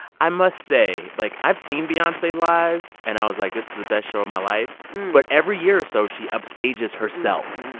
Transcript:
i must say, like, i've seen beyonce live. and i was like, this is the best show in my life. but every year or so, she upstages herself.